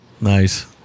Nice